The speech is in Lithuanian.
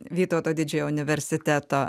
vytauto didžiojo universiteto